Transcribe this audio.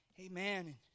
Amen